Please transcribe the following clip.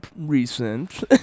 recent